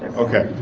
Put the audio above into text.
okay